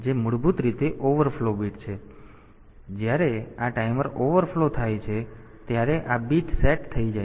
તેથી જ્યારે આ ટાઈમર ઓવરફ્લો થાય છે ત્યારે આ બીટ સેટ થઈ જાય છે